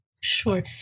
Sure